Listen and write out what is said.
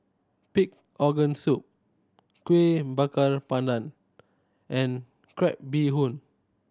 pig organ soup Kuih Bakar Pandan and crab bee hoon